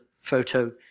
photo